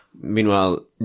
Meanwhile